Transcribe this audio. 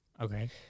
Okay